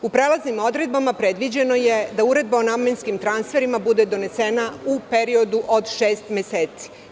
U prelaznim odredbama predviđeno je da Uredba o namenskim transferima bude donesena u periodu od šest meseci.